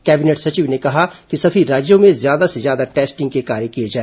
cabinet सचिव ने कहा कि सभी राज्यों में ज्यादा से ज्यादा टेस्टिंग के कार्य किए जाए